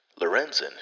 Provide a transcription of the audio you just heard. Lorenzen